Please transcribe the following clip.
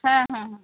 হ্যাঁ হ্যাঁ হ্যাঁ